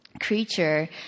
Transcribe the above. creature